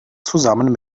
zusammen